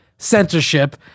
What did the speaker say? censorship